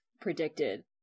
predicted